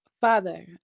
Father